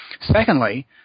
Secondly